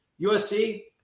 USC